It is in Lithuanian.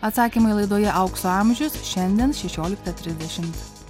atsakymai laidoje aukso amžius šiandien šešioliktą trisdešimt